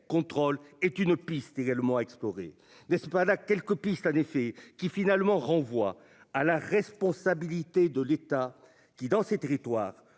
contrôle est une piste également explorer n'est-ce pas là quelques pistes en effet qui finalement renvoient à la responsabilité de l'État qui dans ces territoires